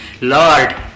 Lord